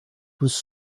was